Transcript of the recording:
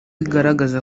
igaragaza